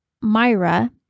Myra